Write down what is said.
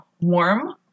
warm